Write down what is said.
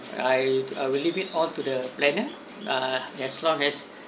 I will leave it all to the planner uh as long as